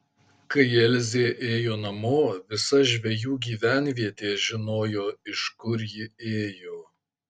kai elzė ėjo namo visa žvejų gyvenvietė žinojo iš kur ji ėjo